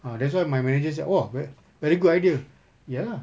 ah that's why my manager said !wah! ve~ very good idea ya lah